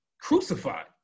crucified